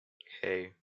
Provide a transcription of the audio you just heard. hey